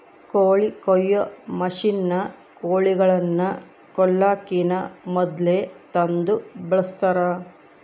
ಕೋಳಿ ಕೊಯ್ಯೊ ಮಷಿನ್ನ ಕೋಳಿಗಳನ್ನ ಕೊಲ್ಲಕಿನ ಮೊದ್ಲೇ ತಂದು ಬಳಸ್ತಾರ